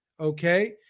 Okay